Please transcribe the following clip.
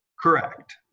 Correct